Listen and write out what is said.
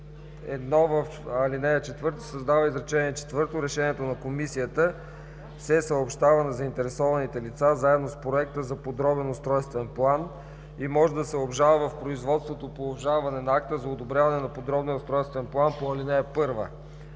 1. В ал. 4 се създава изречение четвърто: „Решението на комисията се съобщава на заинтересованите лица заедно с проекта за подробен устройствен план и може да се обжалва в производството по обжалване на акта за одобряване на подробния устройствен план по ал.1.“ 2.